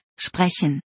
sprechen